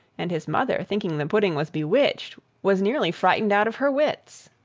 and his mother, thinking the pudding was bewitched, was nearly frightened out of her wits.